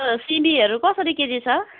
सिमीहरू कसरी केजी छ